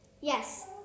Yes